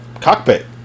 cockpit